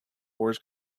wars